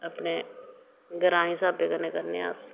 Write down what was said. अपने ग्रांईं स्हाबै कन्नै करने आं अस